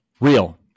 Real